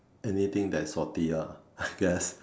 anything that's salty ah I guess